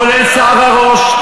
כולל שיער הראש,